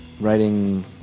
Writing